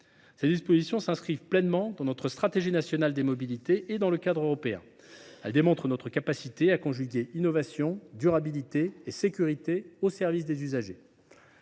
Ces mesures s’inscrivent pleinement dans notre stratégie nationale des mobilités et dans le cadre européen. Elles démontrent notre capacité à concilier innovation, durabilité et sécurité, au service des usagers.